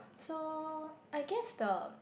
so I guess the